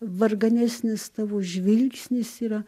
varganesnis tavo žvilgsnis yra